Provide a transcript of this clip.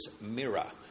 mirror